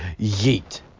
yeet